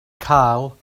cael